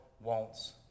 wants